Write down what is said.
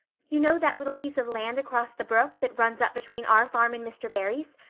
you know that little piece of land across the brook that runs up between our farm and mr. barry's.